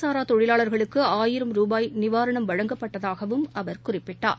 சாராதொழிலாளர்களுக்குஆயிரம் ரூபாய் நிவாரணம் வழங்கப்பட்டுள்ளதாகவும் அவர் குறிப்பிட்டார்